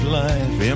life